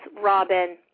Robin